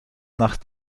nach